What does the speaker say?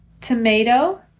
tomato